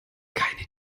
keine